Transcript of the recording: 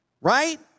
Right